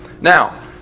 Now